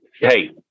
Hey